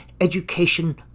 education